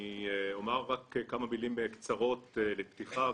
אני אומר רק כמה מילים קצרות לפתיחה,